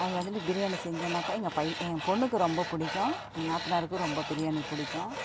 அது வந்துட்டு பிரியாணி செஞ்சேன்னாக்க எங்கள் பையன் எங்கள் பெண்ணுக்கு ரொம்ப பிடிக்கும் எங்கள் நாத்தனாருக்கு ரொம்ப பிரியாணி பிடிக்கும்